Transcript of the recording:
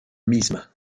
misma